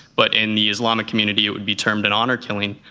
but in the islamic community, it would be termed an honour killing?